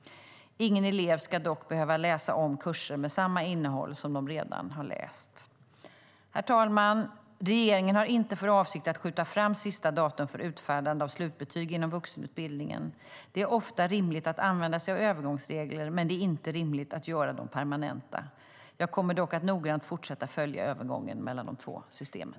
Ingen elev ska dock behöva läsa om kurser med samma innehåll som man redan har läst. Herr talman! Regeringen har inte för avsikt att skjuta fram sista datum för utfärdande av slutbetyg inom vuxenutbildningen. Det är ofta rimligt att använda sig av övergångsregler, men det är inte rimligt att göra dem permanenta. Jag kommer dock att fortsätta att noggrant följa övergången mellan de två systemen.